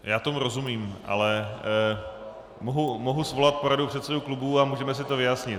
Já tomu rozumím, ale mohu svolat poradu předsedů klubů a můžeme si to vyjasnit.